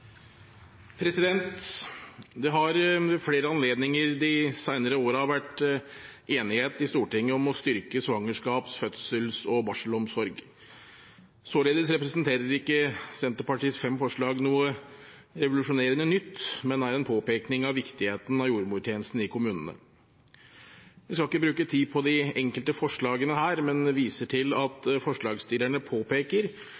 Det har ved flere anledninger de senere årene vært enighet i Stortinget om å styrke svangerskaps-, fødsels- og barselomsorgen. Således representerer ikke Senterpartiets fem forslag noe revolusjonerende nytt, men er en påpekning av viktigheten av jordmortjenesten i kommunene. Jeg skal ikke bruke tid på de enkelte forslagene her, men viser til at forslagsstillerne påpeker